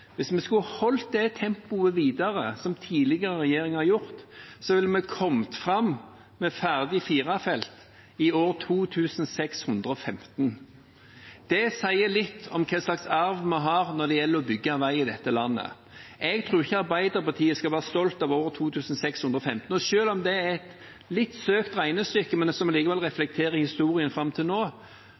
Hvis vi skulle holdt det tempoet som tidligere regjeringer har gjort, videre, ville vi ha kommet fram med ferdig firefelts i år 2615. Det sier litt om hvilken arv vi har når det gjelder å bygge vei i dette landet. Jeg tror ikke Arbeiderpartiet skal være stolt over år 2615. Selv om det er et litt søkt regnestykke, reflekterer det historien fram til nå.